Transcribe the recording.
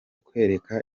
kwereka